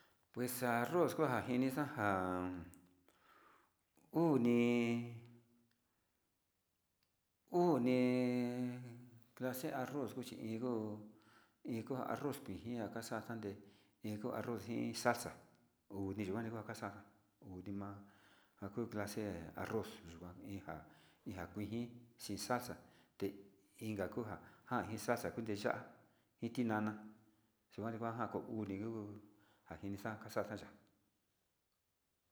Ja arroz chi soni kajaxe chi ya'a chi va´a ja kasa´aña uu nu arroz iyo jakuinji te inka jakua kasa´aña.